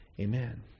Amen